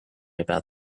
about